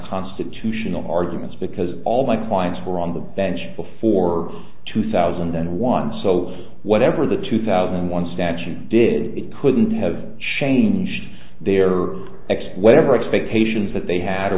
constitutional arguments because all my clients were on the bench before two thousand and one so whatever the two thousand and one statute did it couldn't have changed their ex whatever expectations that they had or